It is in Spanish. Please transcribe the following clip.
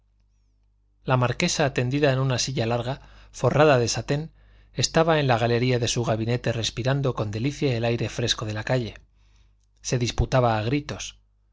la marquesa tendida en una silla larga forrada de satén estaba en la galería de su gabinete respirando con delicia el aire fresco de la calle se disputaba a gritos